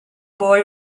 boy